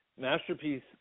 Masterpiece